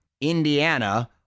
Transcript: Indiana